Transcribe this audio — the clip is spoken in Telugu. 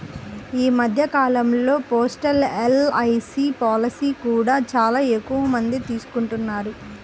ఈ మధ్య కాలంలో పోస్టల్ ఎల్.ఐ.సీ పాలసీలను కూడా చాలా ఎక్కువమందే తీసుకుంటున్నారు